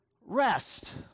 rest